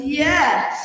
yes